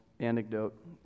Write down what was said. anecdote